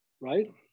right